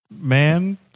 man